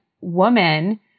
woman